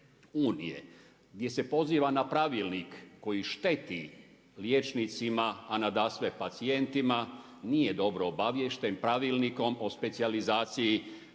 gdje se poziva na pravilnik koji šteti liječnicima, a nadasve pacijentima, nije dobro obaviješten Pravilnikom o specijalizaciji.